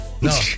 no